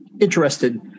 interested